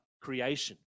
creation